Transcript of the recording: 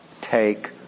take